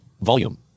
Volume